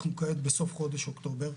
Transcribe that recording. אנחנו כעת בסוף חודש אוקטובר,